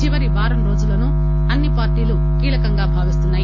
చివరి వారం రోజులను అన్ని పార్లీలు కీలకంగా భావిస్తున్నాయి